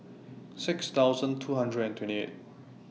six thousand two hundred and twenty eight